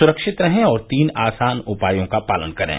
सुरक्षित रहें और तीन आसान उपायों का पालन करें